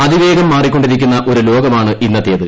അതിവേഗം മാറിക്കൊണ്ടിരിക്കുന്ന ഒരു ലോകമാണ് ഇന്നത്തേത്